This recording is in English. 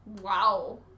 Wow